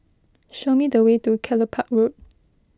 show me the way to Kelopak Road